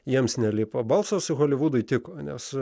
jiems nelipo balsas holivudui tiko nes